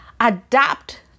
adapt